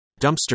Dumpster